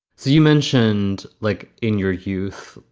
so you mentioned, like in your youth,